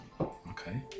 Okay